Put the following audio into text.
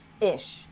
Ish